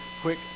quick